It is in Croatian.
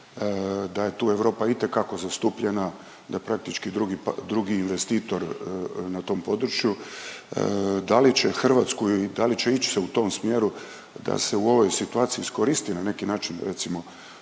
da je tu Europa itekako zastupljena, da praktički drugi investitor na tom području, da li će Hrvatsku i da li će ić se u tom smjeru da se u ovoj situaciji iskoristi na neki način recimo